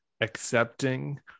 accepting